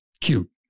cute